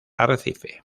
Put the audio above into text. arrecife